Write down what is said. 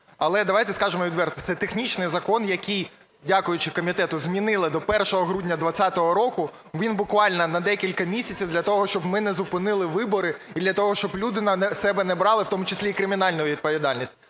Але давайте скажемо відверто – це технічний закон, який, дякуючи комітету, змінили до 1 грудня 20-го року. Він буквально на декілька місяців для того, щоб ми не зупинили вибори і для того, щоб люди на себе не брали в тому числі і кримінальну відповідальність.